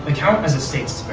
and count as estates